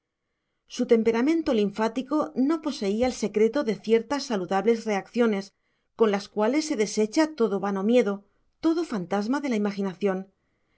su temperamento linfático no poseía el secreto de ciertas saludables reacciones con las cuales se desecha todo vano miedo todo fantasma de la imaginación